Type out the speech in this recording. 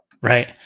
Right